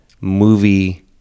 Movie